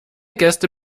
gäste